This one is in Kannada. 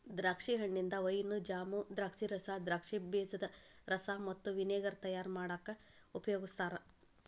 ದ್ರಾಕ್ಷಿ ಹಣ್ಣಿಂದ ವೈನ್, ಜಾಮ್, ದ್ರಾಕ್ಷಿರಸ, ದ್ರಾಕ್ಷಿ ಬೇಜದ ರಸ ಮತ್ತ ವಿನೆಗರ್ ತಯಾರ್ ಮಾಡಾಕ ಉಪಯೋಗಸ್ತಾರ